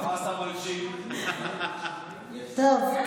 רגע, אין שר.